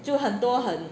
就很多很